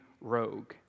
rogue